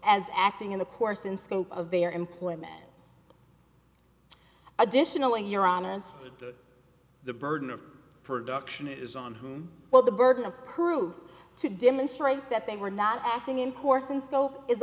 scope of their employment additionally you're honest the burden of production is on well the burden of proof to demonstrate that they were not acting in